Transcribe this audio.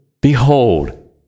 Behold